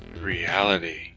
reality